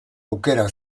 aukera